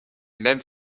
mêmes